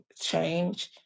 change